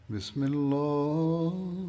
Bismillah